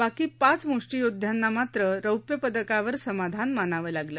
बाकी पाच म्ष्टीयोद्ध्यांना मात्र रौप्य पदकावर समाधान मानावं लागलं